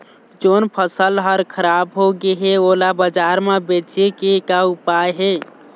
जोन फसल हर खराब हो गे हे, ओला बाजार म बेचे के का ऊपाय हे?